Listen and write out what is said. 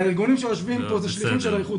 והארגונים שיושבים פה זה שליחים של האיחוד